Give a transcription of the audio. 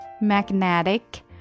Magnetic